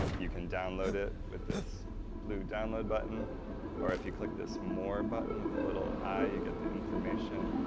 you can download it with this blue download button or if you click this more button with the little i you get the information.